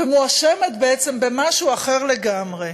ומואשמת בעצם במשהו אחר לגמרי.